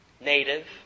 native